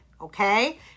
Okay